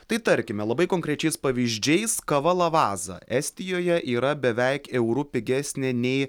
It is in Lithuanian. tai tarkime labai konkrečiais pavyzdžiais kava lavaza estijoje yra beveik euru pigesnė nei